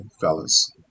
fellas